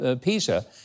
Pisa